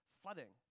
flooding